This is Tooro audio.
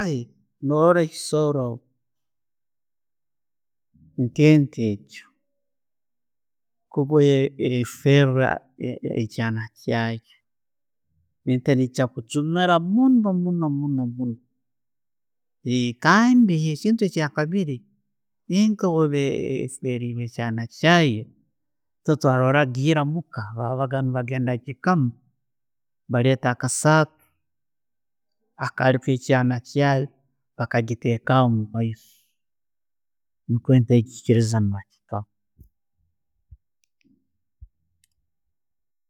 No'orora ekisooro nke'ente egyo kuba ne ssera ekyana kyaayo, ente ne'jaiakujumiira muno munno muuno. Kandi ekintu ekyakabiiri, ente bweekuba effirirwe ekyaana kyayo, bwebagendaga okugikama, baleeta akasaato akali kyekyaana kyaayo, bagagitekaho omumaiso